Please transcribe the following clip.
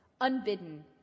unbidden